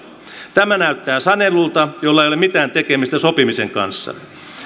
tämä näyttää sanelulta jolla ei ole mitään tekemistä sopimisen kanssa